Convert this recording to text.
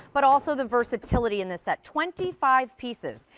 but also the versatility in this set. twenty five pieces.